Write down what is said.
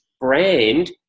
brand